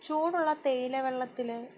ചൂടുള്ള തേയില വെള്ളത്തിൽ